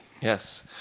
Yes